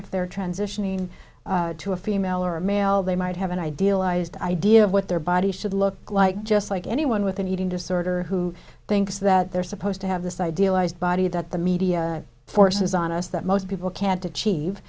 if they're transitioning to a female or male they might have an idealized idea of what their body should look like just like anyone with an eating disorder who thinks that they're supposed to have this idealized body that the media forces on us that most people can't achieve